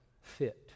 fit